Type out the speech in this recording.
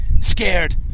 scared